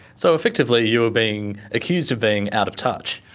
so effectively you were being accused of being out of touch?